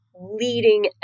leading